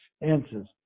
answers